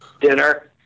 dinner